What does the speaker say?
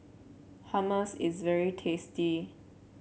hummus is very tasty